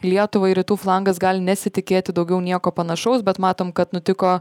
lietuvai rytų flangas gali nesitikėti daugiau nieko panašaus bet matom kad nutiko